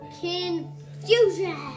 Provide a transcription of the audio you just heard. confusion